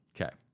Okay